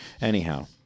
Anyhow